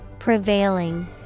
Prevailing